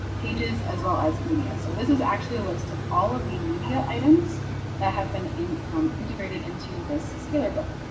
pages, as well as media. so this is actually a list of all of the media items that have been um integrated into this killer book.